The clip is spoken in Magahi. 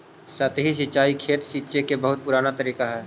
सतही सिंचाई खेत सींचे के बहुत पुराना तरीका हइ